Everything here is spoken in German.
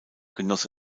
genoss